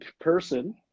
person